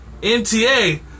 NTA